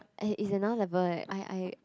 and is another level leh I I